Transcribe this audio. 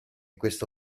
questo